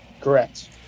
Correct